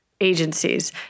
agencies